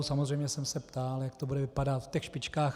Samozřejmě jsem se ptal, jak to bude vypadat v těch špičkách.